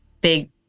big